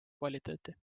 kvaliteeti